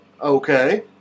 okay